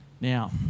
Now